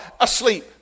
asleep